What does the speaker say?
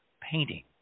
painting